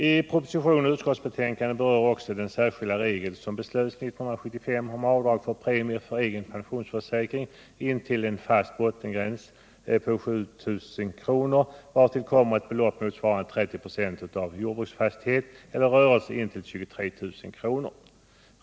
I propositionen och utskottsbetänkandet berörs också frågan om den särskilda regel som beslöts år 1975 om avdrag för premier för egen pensionsförsäkring intill en fast bottengräns på 7 000 kr., vartill kommer ett belopp motsvarande 30 96 av inkomst av jordbruksfastighet eller rörelse upp till 23 000 kr.